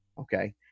okay